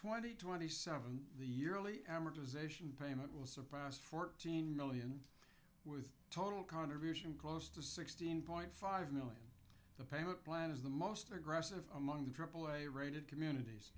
twenty twenty seven the yearly amortization payment will surpass fourteen million with total contribution close to sixteen point five million the payment plan is the most aggressive among the aaa rated communities